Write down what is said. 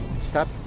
stop